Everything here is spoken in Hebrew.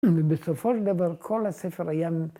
‫ובסופו של דבר, ‫כל הספר היה...